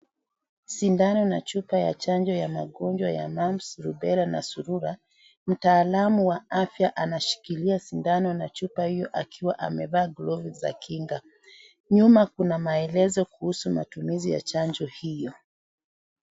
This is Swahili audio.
Sindano na chupa ya chanjo ya magonjwa ya mumps, rubella na surura , mtaalamu wa afya anashikilia sindano na chupa hiyo akiwa amevaa glovu za kinga . Nyuma kuna maelezo kuhusu matumizi ya chanjo hiyo.